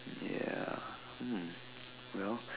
yeah hmm well